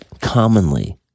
commonly